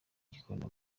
gikondo